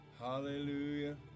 Hallelujah